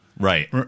Right